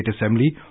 Assembly